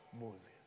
Moses